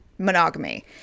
monogamy